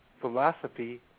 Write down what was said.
philosophy